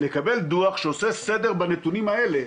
שאנחנו מקבלים, שעושה סדר בנתונים האלה.